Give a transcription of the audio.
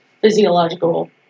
physiological